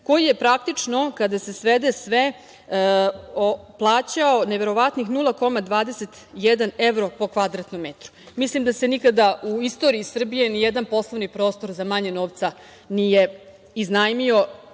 koji je, praktično, kada se svede sve, plaćao neverovatnih 0,21 evro po kvadratnom metru. Mislim da se nikada u istoriji Srbiji ni jedan poslovni prostor za manje novca nije iznajmio